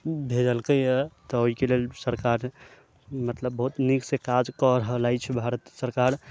भेजलकैए तऽ ओहिके लेल सरकार मतलब बहुत नीकसँ काज कऽ रहल अछि भारत सरकार